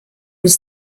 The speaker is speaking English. was